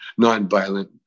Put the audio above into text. nonviolent